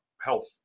health